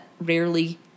rarely